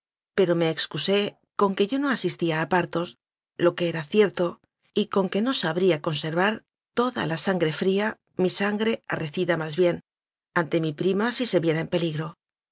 pero me excusé con que yo no asistía a partos lo que era cierto y con que no sabría conservar toda la sangre fría mi sangre arrecida más bien ante mi prima si se viera en peligro